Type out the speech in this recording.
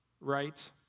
right